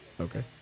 Okay